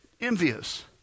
envious